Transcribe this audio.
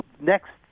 Next